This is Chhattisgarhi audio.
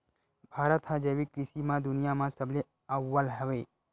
भारत हा जैविक कृषि मा दुनिया मा सबले अव्वल हवे